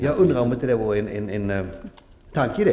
Jag undrar om inte detta vore en tanke.